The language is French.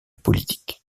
politique